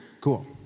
Cool